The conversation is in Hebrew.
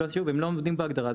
אם הם לא עומדים בהגדרה,